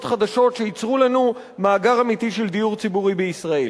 חדשות שייצרו לנו מאגר אמיתי של דיור ציבורי בישראל.